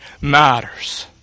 matters